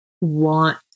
want